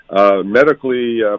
Medically